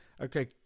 okay